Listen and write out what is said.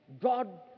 God